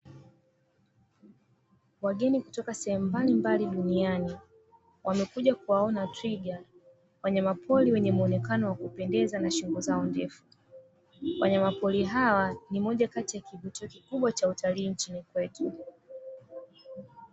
Wageni kutoka sehemu mbalimbali duniani, wamekuja kuwaona twiga, wanyamapori wenye muonekano wa kupendeza na shingo zao ndefu. Wanyamapori hawa, ni moja kati ya kivutio kikubwa cha utalii nchini kwetu.